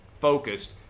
focused